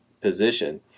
position